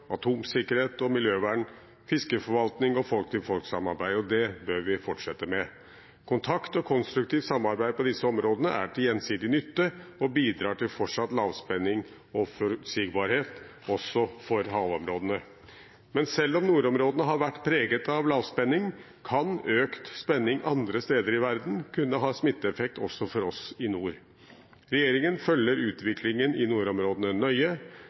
atomsikkerhet, miljøvern, fiskeforvaltning og folk-til-folk-samarbeid. Det bør vi fortsette med. Kontakt og konstruktivt samarbeid på disse områdene er til gjensidig nytte og bidrar til fortsatt lavspenning og forutsigbarhet også for havområdene. Men selv om nordområdene har vært preget av lavspenning, kan økt spenning andre steder i verden ha smitteeffekt også for oss i nord. Regjeringen følger utviklingen i nordområdene nøye.